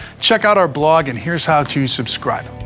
check out our blog. and here is how to subscribe.